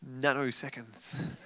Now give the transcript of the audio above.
nanoseconds